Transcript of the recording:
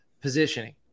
positioning